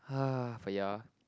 for ya